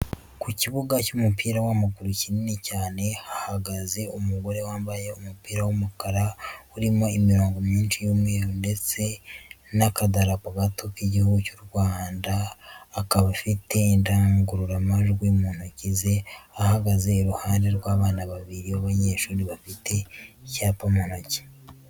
Ku kibuga cy'umupira w'amaguru kinini cyane, hahagaze umugore wambaye umupira w'umukara urimo imirongo myinshi y'umweru ndetse n'akadarapo gato k'Igihugu cy' u Rwanda, akaba afite indangururamajwi mu ntoki ze, ahagaze iruhande rw'abana babiri b'abanyeshuri bafite icyapa mu ntoki.